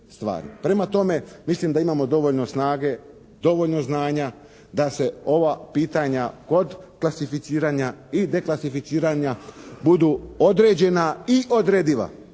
Prema tome, mislim da imamo dovoljno snage, dovoljno znanja da se ova pitanja kod klasificiranja i deklasificiranja budu određena i odrediva